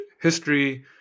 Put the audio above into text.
history